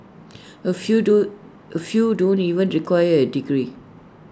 A few do A few don't even require A degree